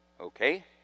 Okay